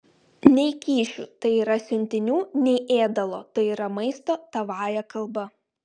nei kyšių tai yra siuntinių nei ėdalo tai yra maisto tavąja kalba